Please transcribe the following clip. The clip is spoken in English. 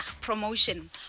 promotion